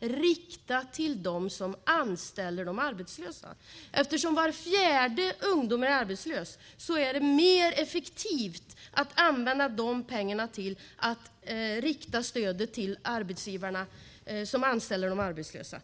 rikta dem till dem som anställer arbetslösa. Var fjärde ungdom är arbetslös, så det är mer effektivt att rikta stödet till de arbetsgivare som anställer arbetslösa.